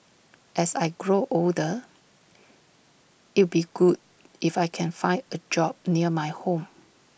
as I grow older it'd be good if I can find A job near my home